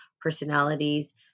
personalities